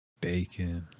Bacon